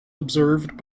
observed